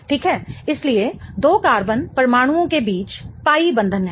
ठीक है इसलिए दो कार्बन परमाणुओं के बीच पाई बंधन है